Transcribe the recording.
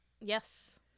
Yes